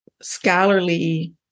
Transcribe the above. scholarly